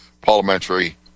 parliamentary